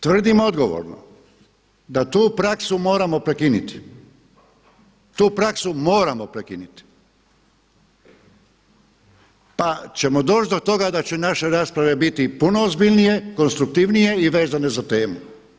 Tvrdim odgovorno da tu praksu moramo prekinuti, tu praksu moramo prekinuti pa ćemo doći do toga da će naše rasprave biti puno ozbiljnije, konstruktivnije i vezane za temu.